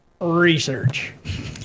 research